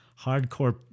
hardcore